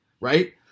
right